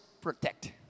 protect